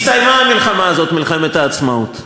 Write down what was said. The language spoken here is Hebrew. הסתיימה המלחמה הזאת, מלחמת העצמאות.